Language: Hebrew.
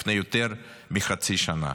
לפני יותר מחצי שנה.